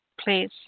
Please